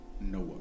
Noah